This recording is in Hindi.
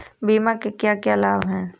बीमा के क्या क्या लाभ हैं?